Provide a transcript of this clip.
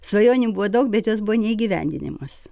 svajonių buvo daug bet jos buvo neįgyvendinimos